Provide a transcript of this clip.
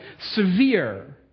severe